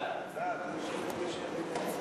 ההצעה להעביר את הנושא